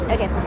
Okay